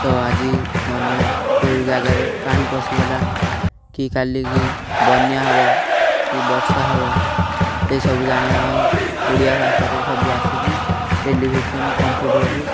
ତ ଆଜି ମାନେ କେଉଁ ଜାଗାରେ ପାଣି ପଶିଗଲା କି କାଲିିକି ବନ୍ୟା ହବ କି ବର୍ଷା ହବ ଏସବୁ ଜାଣିବା ପାଇଁ ଓଡ଼ିଆ ଭାଷାରେ ସବୁ ଆସୁଛି ଟେଲିଭିଜନ କମ୍ପୁଟରକୁ